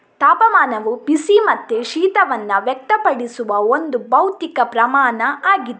ತಾಪಮಾನವು ಬಿಸಿ ಮತ್ತೆ ಶೀತವನ್ನ ವ್ಯಕ್ತಪಡಿಸುವ ಒಂದು ಭೌತಿಕ ಪ್ರಮಾಣ ಆಗಿದೆ